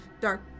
dark